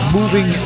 Moving